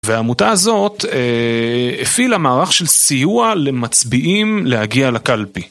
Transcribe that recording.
ועמותה הזאת הפעילה מערך של סיוע למצביעים להגיע לקלפי.